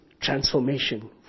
transformation